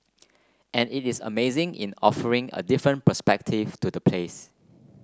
and it is amazing in offering a different perspective to the place